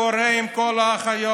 מה קורה עם כל האחיות?